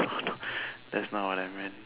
how to that's not what I meant